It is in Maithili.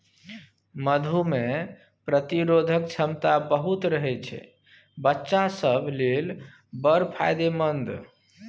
मधु मे रोग प्रतिरोधक क्षमता बहुत रहय छै बच्चा सब लेल बड़ फायदेमंद